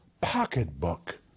pocketbook